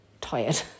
tired